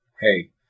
Hey